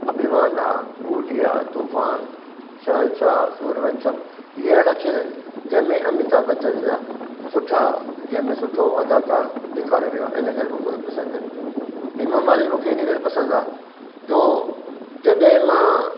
अभिमान आहे कूली आहे तुफान शहंशाह सूर्यवंशम इहे अहिड़ा खेल आहिनि जंहिंमें अमिताभ बच्चन ई आ सुठा जंहिंमें सुठो अदाकारु ॾेखारे वियो आहे इन करे मूंखे उहे पसंदि आहिनि हेमा मालिनी मूंखे इन करे पसंदि आहे जो जॾहिं मां